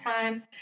time